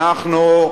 אנחנו,